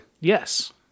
Yes